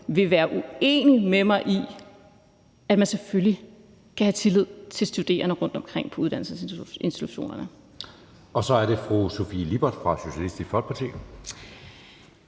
vil være uenig med mig i, at man selvfølgelig skal have tillid til studerende rundtomkring på uddannelsesinstitutionerne. Kl. 11:34 Anden næstformand (Jeppe Søe): Så er det fru Sofie Lippert fra Socialistisk Folkeparti.